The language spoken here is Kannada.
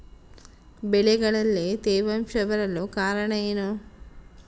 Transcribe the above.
ಬೆಳೆಗಳಲ್ಲಿ ತೇವಾಂಶ ಬರಲು ಕಾರಣ ಏನು?